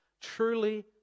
Truly